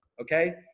okay